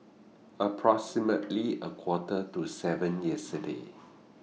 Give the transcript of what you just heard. approximately A Quarter to seven yesterday